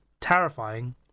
terrifying